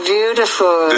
Beautiful